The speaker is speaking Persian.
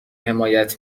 حمایت